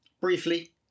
briefly